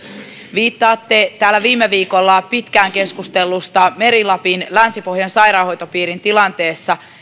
viittaatte täällä viime viikolla pitkään keskusteltuun meri lapin länsi pohjan sairaanhoitopiirin tilanteeseen ja